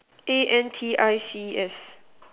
A_N_T_I_C_S